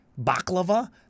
baklava